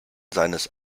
seines